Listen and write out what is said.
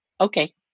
okay